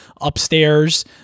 upstairs